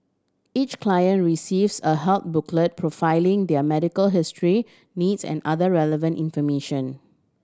each client receives a health booklet profiling their medical history needs and other relevant information